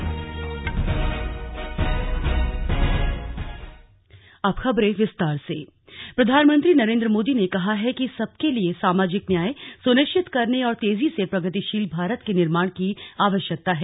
स्वतंत्रता दिवस प्रधानमंत्री नरेन्द्र मोदी ने कहा है कि सबके लिए सामाजिक न्याय सुनिश्चित करने और तेजी से प्रगतिशील भारत के निर्माण की आवश्यकता है